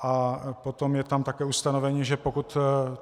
A potom je tam také ustanovení, že pokud